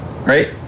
Right